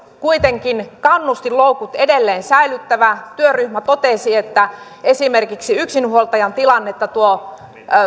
kuitenkin kannustinloukut edelleen säilyttävä työryhmä totesi että esimerkiksi yksinhuoltajan tilannetta tuo